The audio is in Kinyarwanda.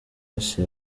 yose